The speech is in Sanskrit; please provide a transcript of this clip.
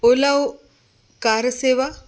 ओला उ कार सेवा